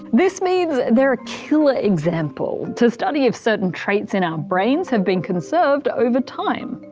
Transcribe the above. this means they're a killer example to study if certain traits in our brains have been conserved over time.